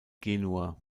genua